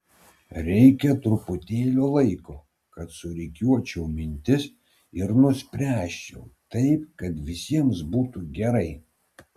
reikia truputėlio laiko kad surikiuočiau mintis ir nuspręsčiau taip kad visiems būtų gerai